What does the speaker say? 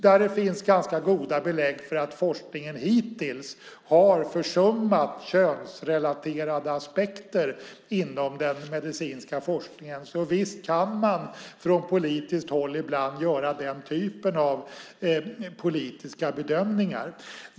Det finns ganska goda belägg för att forskningen hittills har försummat könsrelaterade aspekter inom den medicinska forskningen. Så visst kan man från politiskt håll ibland göra den typen av politiska bedömningar.